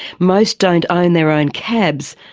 most don't own their own cabs,